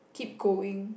keep going